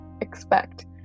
expect